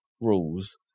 rules